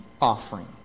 offering